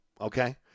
okay